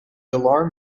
alarm